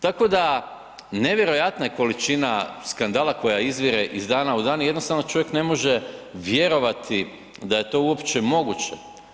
Tako da, nevjerojatna je količina skandala koja izvire iz dana u dan i jednostavno čovjek ne može vjerovati da je to uopće moguće.